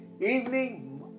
Evening